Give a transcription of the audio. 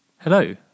Hello